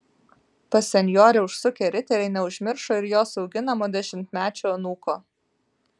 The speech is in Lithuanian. pas senjorę užsukę riteriai neužmiršo ir jos auginamo dešimtmečio anūko